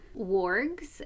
wargs